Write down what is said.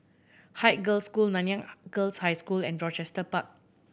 Haig Girls' School Nanyang Girls' High School and Rochester Park